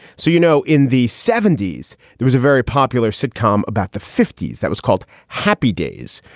so, you know, in the seventy s, there was a very popular sitcom about the fifty s that was called happy days.